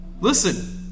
Listen